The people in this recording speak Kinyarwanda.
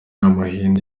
y’amahindu